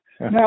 Now